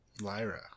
lyra